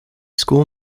school